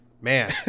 man